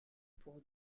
pour